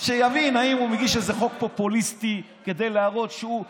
שיבין שאם הוא מגיש איזה חוק פופוליסטי כדי להראות שהוא,